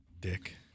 dick